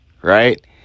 right